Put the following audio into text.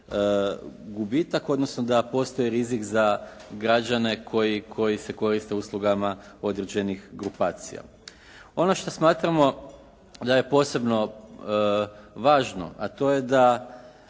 gubitak, odnosno da postoji rizik za građane koji se koriste uslugama određenih grupacija. Ono što smatramo da je posebno važno a to je da